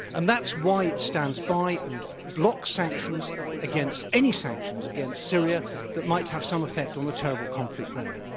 and that's why it stands by and blocks sanctions against any sanctions against syria that might have some effect on the terrible conflict there.